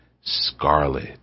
scarlet